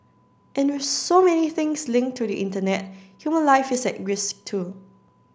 and with so many things linked to the Internet human life is at risk too